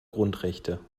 grundrechte